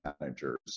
managers